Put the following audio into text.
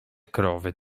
krowy